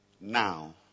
Now